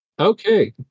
Okay